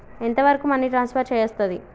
ఎంత వరకు money transfer చేయస్తది?